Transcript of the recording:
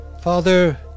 father